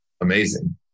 amazing